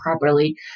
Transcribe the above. properly